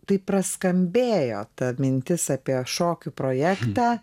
taip praskambėjo ta mintis apie šokių projektą